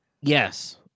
Yes